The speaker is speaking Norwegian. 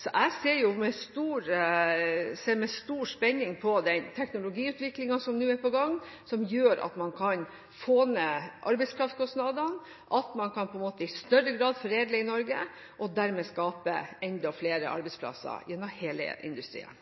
Så jeg ser med stor spenning på den teknologiutviklingen som nå er på gang, som gjør at man kan få ned arbeidskraftkostnadene, at man i større grad kan foredle i Norge og dermed skape enda flere arbeidsplasser gjennom hele industrien.